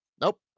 Nope